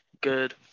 Good